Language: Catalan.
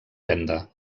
venda